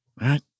right